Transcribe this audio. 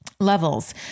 levels